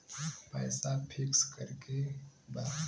पैसा पिक्स करके बा?